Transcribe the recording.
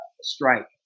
strike